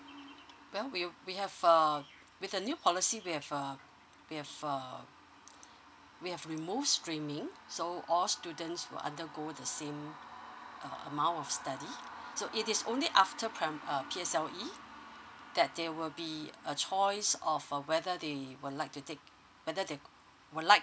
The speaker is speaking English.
well we we have uh with the new policy we have uh we have uh we have removes streaming so all students who undergo the same uh amount of study so it is only after primary um P_S_L_E that there will be a choice of uh whether they would like to take whether they would like